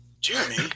Jeremy